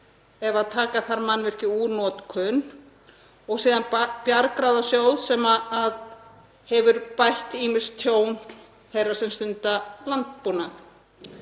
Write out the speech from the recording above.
ef taka þarf mannvirki úr notkun, og síðan Bjargráðasjóð sem hefur bætt ýmis tjón þeirra sem stunda landbúnað.